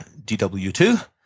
DW2